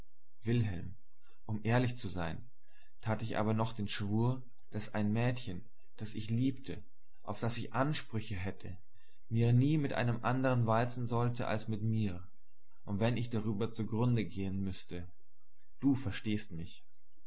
und wilhelm um ehrlich zu sein tat ich aber doch den schwur daß ein mädchen das ich liebte auf das ich ansprüche hätte mir nie mit einem andern walzen sollte als mit mir und wenn ich drüber zugrunde gehen müßte du verstehst mich